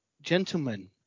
gentlemen